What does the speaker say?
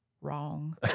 Wrong